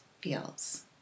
feels